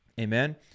Amen